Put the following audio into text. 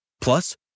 Plus